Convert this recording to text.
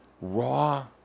raw